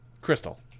Crystal